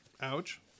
Ouch